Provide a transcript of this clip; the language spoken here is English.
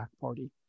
party